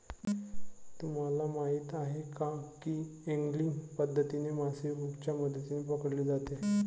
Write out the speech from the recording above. तुम्हाला माहीत आहे का की एंगलिंग पद्धतीने मासे हुकच्या मदतीने पकडले जातात